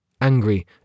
angry